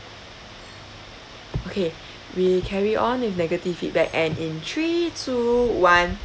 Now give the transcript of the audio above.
okay we carry on with negative feedback and in three two one